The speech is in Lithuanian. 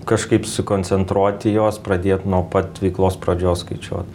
kažkaip susikoncentruot į juos pradėt nuo pat veiklos pradžios skaičiuot